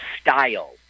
style